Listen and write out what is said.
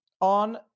on